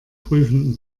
prüfenden